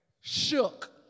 Shook